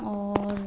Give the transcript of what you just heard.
और